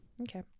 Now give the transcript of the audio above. Okay